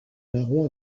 marron